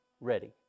ready